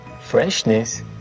freshness